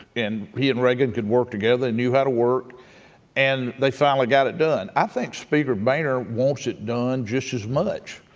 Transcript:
and he and reagan could work together, they knew how to work and they finally got it done. i think speaker boehner wants it done just as much,